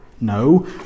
No